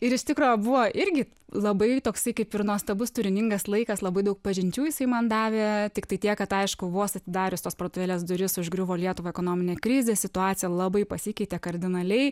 ir iš tikro buvo irgi labai toksai kaip ir nuostabus turiningas laikas labai daug pažinčių jisai man davė tiktai tiek kad aišku vos atidarius tos parduotuvėlės duris užgriuvo lietuvą ekonominė krizė situacija labai pasikeitė kardinaliai